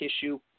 tissue